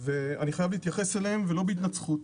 ואני חייב להתייחס אליהם ולא בהתנצחות.